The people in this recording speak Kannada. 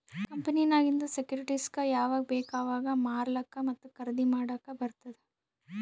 ಕಂಪನಿನಾಗಿಂದ್ ಸೆಕ್ಯೂರಿಟಿಸ್ಗ ಯಾವಾಗ್ ಬೇಕ್ ಅವಾಗ್ ಮಾರ್ಲಾಕ ಮತ್ತ ಖರ್ದಿ ಮಾಡ್ಲಕ್ ಬಾರ್ತುದ್